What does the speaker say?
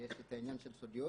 כי יש את העניין של סודיות.